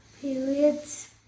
periods